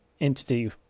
entity